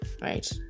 right